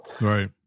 Right